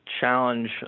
challenge